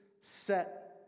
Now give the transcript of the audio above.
set